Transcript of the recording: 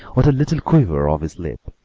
with a little quiver of his lip.